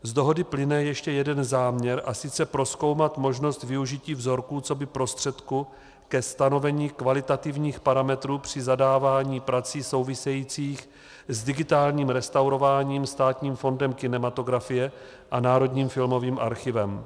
Z dohody plyne ještě jeden záměr, a sice prozkoumat možnost využití vzorků coby prostředku ke stanovení kvalitativních parametrů při zadávání prací souvisejících s digitálním restaurováním Státním fondem kinematografie a Národním filmovým archivem.